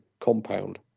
Compound